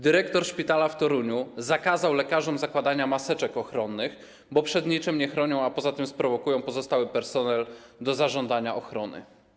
Dyrektor szpitala w Toruniu zakazał lekarzom zakładania maseczek ochronnych, bo przed niczym nie chronią, a poza tym sprowokują pozostały personel do zażądania ochrony.